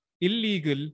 illegal